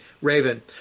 raven